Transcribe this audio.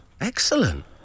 Excellent